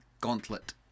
Gauntlet